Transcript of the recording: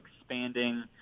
expanding